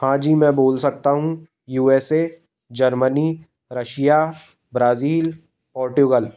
हाँ जी मैं बोल सकता हूँ U S A Germany Russia Brazil Portugal